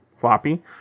floppy